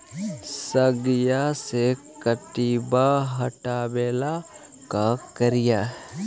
सगिया से किटवा हाटाबेला का कारिये?